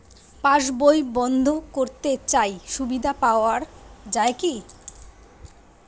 পাশ বই বন্দ করতে চাই সুবিধা পাওয়া যায় কি?